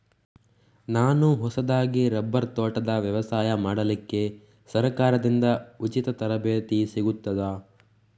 ನಾನು ಹೊಸದಾಗಿ ರಬ್ಬರ್ ತೋಟದ ವ್ಯವಸಾಯ ಮಾಡಲಿಕ್ಕೆ ಸರಕಾರದಿಂದ ಉಚಿತ ತರಬೇತಿ ಸಿಗುತ್ತದಾ?